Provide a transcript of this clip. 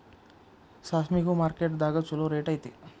ಸಾಸ್ಮಿಗು ಮಾರ್ಕೆಟ್ ದಾಗ ಚುಲೋ ರೆಟ್ ಐತಿ